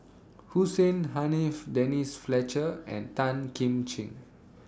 Hussein Haniff Denise Fletcher and Tan Kim Ching